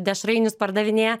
dešrainius pardavinėja